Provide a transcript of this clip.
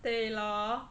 对咯